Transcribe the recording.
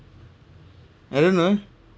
I don't know